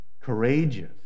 courageous